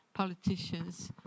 politicians